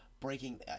breaking